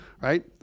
right